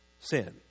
sin